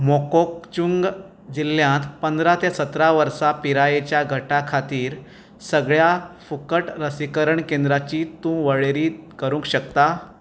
मोकोकचुंग जिल्ल्यांत पंदरा ते सतरा वर्सां पिरायेच्या गटा खातीर सगळ्यां फुकट लसीकरण केंद्रांची तूं वळेरी करूंक शकता